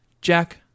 Jack